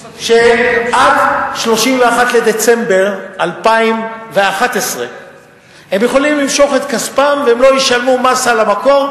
שעד 31 בדצמבר 2011 הם יכולים למשוך את כספם והם לא ישלמו מס במקור,